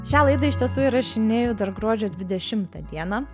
šią laidą iš tiesų įrašinėju dar gruodžio dvidešimą dieną